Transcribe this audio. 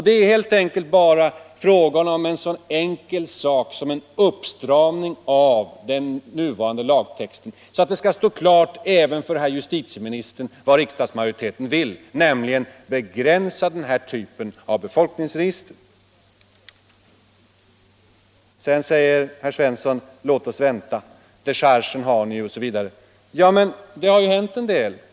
Det är bara fråga om en så enkel sak som en uppstramning av den nuvarande lagtexten, så att det skall stå klart även för herr justitieministern vad riksdagsmajoriteten vill, nämligen begränsa möjligheterna att upprätta befolkningsregister med hjälp av automatisk databehandling. Herr Svensson säger: Låt oss vänta, ni kan ju stödja er på dechargeuttalandet, osv. Ja, men det har ju hänt en det.